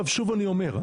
שוב אני אומר,